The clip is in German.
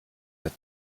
der